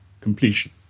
Completion